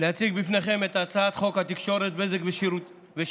להציג בפניכם את הצעת חוק התקשורת (בזק ושידורים)